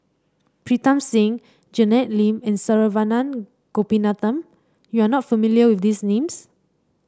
Pritam Singh Janet Lim and Saravanan Gopinathan you are not familiar with these names